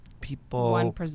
people